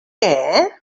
què